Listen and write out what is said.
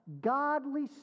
Godly